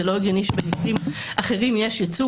זה לא הגיוני שבמקרים אחרים יש ייצוג